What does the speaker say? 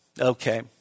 Okay